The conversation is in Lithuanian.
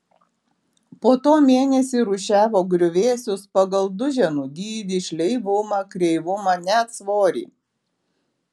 po to mėnesį rūšiavo griuvėsius pagal duženų dydį šleivumą kreivumą net svorį